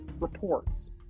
reports